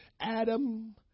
Adam